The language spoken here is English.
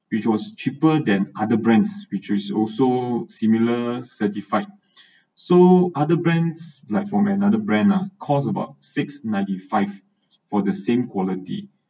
which was cheaper than other brands which is also similar certified so other brands like for another brand lah cost about six ninety five for the same quality